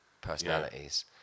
personalities